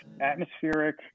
atmospheric